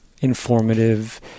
informative